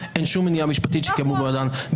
אין שום מניעה משפטית שיתקיימו במועדן.